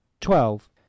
twelve